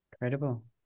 Incredible